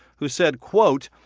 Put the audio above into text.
who said, quote,